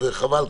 וחבל,